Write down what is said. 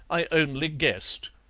i only guessed.